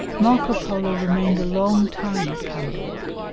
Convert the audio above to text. marco polo remained a long time at cambaluc,